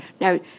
Now